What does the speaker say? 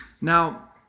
Now